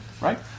right